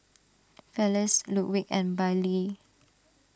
Felice Ludwig and Bailee